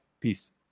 peace